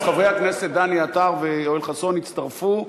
אז חברי הכנסת דני עטר ויואל חסון הצטרפו,